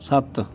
ਸੱਤ